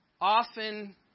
often